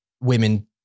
women